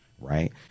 Right